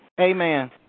Amen